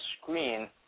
screen